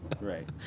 right